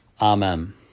Amen